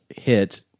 hit